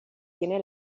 tiene